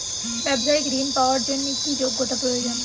ব্যবসায়িক ঋণ পাওয়ার জন্যে কি যোগ্যতা প্রয়োজন?